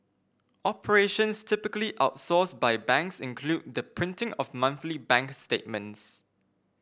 operations typically outsourced by banks include the printing of monthly bank statements